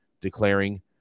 declaring